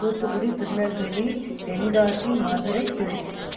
Thoothukudi Tirunelveli Tenkasi Madurai Trichy